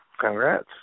Congrats